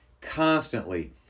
constantly